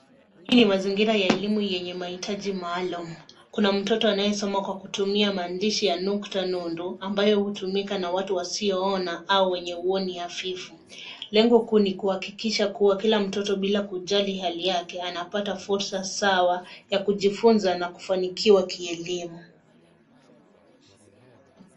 Hii ni mazingira ya elimu yenye mahitaji maalum. Kuna mtoto anayesoma kwa kutumia maandishi ya nukta nundu ambayo hutumika na watu wasioona au wenye uoni hafifu. Lengo kuu ni kuhakikisha kuwa kila mtoto bila kujali hali yake anapata fursa sawa ya kujifunza na kufanikiwa kielimu.